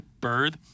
Bird